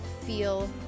feel